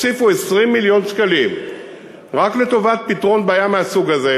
הוסיפו 20 מיליון שקלים רק לטובת פתרון בעיה מהסוג הזה,